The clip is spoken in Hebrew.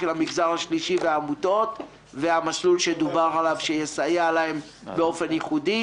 על המגזר השלישי והעמותות והמסלול שדובר עליו שיסייע להם באופן ייחודי.